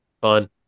Fun